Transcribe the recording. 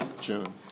June